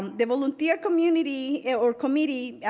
the volunteer community, or committee,